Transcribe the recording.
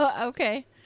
Okay